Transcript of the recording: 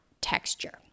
texture